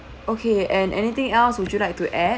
okay and anything else would you like to add